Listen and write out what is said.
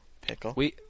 Pickle